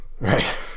Right